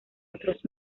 otros